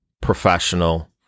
professional